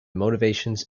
motivations